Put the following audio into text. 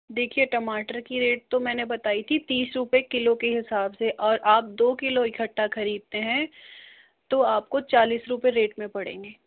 देखिए टमाटर की रेट तो मैंने बताई थी तीस रुपए किलो के हिसाब से और आप दो किलो इकट्ठा खरीदते हैं तो आपको चालीस रुपए रेट में पड़ेंगे